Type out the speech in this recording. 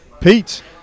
Pete